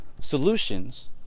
solutions